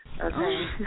Okay